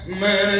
man